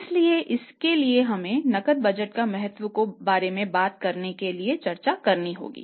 इसलिए इसके लिए हम नकद बजट के महत्व के बारे में बात कर रहे हैं और चर्चा कर रहे हैं